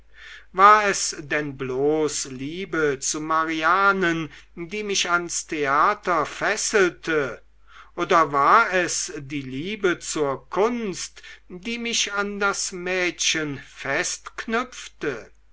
war es denn bloß liebe zu marianen die mich ans theater fesselte oder war es liebe zur kunst die mich an das mädchen